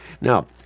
Now